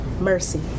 mercy